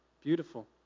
Beautiful